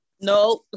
No